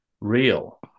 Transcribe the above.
real